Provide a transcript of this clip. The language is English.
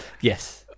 Yes